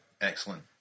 Excellent